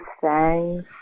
thanks